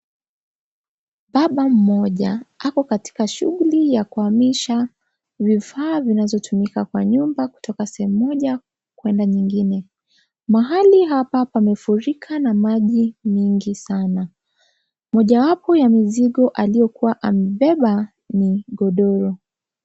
Baba moja yuko katika shughuli ya kuhamisha vifaa vinavotumika kwa nyumba kutoka sehemu moja kwenda nyingine. Mahali hapa pamefurika na maji nyingi sana. Mojawapo ya mizigo aliyoibeba no godoro.